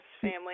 Family